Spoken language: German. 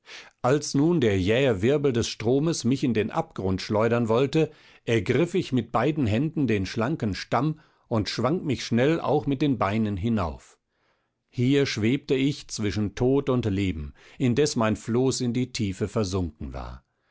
als nun der jähe wirbel des stromes mich in den abgrund schleudern wollte ergriff ich mit beiden händen den schlanken stamm und schwang mich schnell auch mit den beinen hinauf hier schwebte ich zwischen tod und leben indes mein floß in die tiefe versunken war